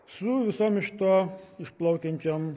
su visom iš to išplaukiančiom